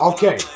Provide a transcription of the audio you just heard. Okay